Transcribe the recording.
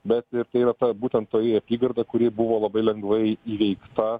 bet ir tai yra ta būtent toji apygarda kuri buvo labai lengvai įveikta